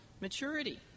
maturity